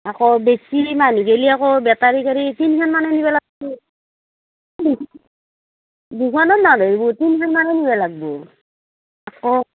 আকৌ বেছি মানুহ গ'লে আকৌ বেটাৰী গাড়ী তিনিখনমানে নিব লাগিব দুখনত নধৰিব তিনিখনমান নিব লাগিব আকৌ